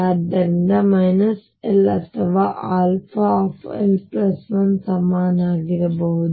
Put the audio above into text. ಆದ್ದರಿಂದ l ಅಥವಾ l1 ಗೆ ಸಮನಾಗಿರಬಹುದು